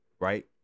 right